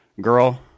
girl